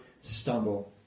stumble